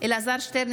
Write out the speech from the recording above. אלעזר שטרן,